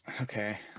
Okay